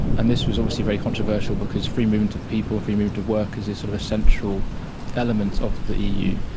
and this was obviously very controversial because free movement of people and free movement of workers is an sort of essential element of the eu.